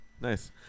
Nice